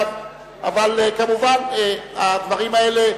אבל כמובן הדברים האלה,